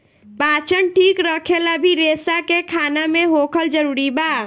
पाचन ठीक रखेला भी रेसा के खाना मे होखल जरूरी बा